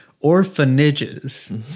orphanages